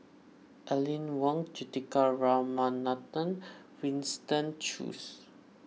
Aline Wong Juthika Ramanathan Winston Choos